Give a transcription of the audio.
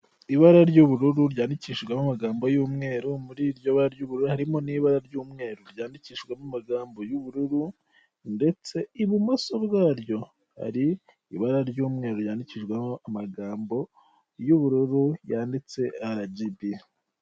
Urupapuro rugaragaza inshange ya banki yitwa access igaragaza aho umuntu anyura agiye kwinjira muri sisiteme yabo harimo aho ashyira umubare wibanga ndetse n'ijambo akoresha yinjira yarangiza agakandaho akinjira